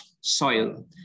soil